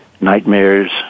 nightmares